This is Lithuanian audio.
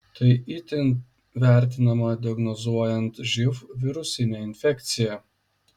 tai itin vertinama diagnozuojant živ virusinę infekciją